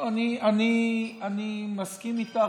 אני מסכים איתך,